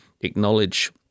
acknowledge